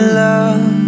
love